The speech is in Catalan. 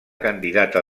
candidata